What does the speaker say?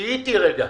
תהיי איתי רגע.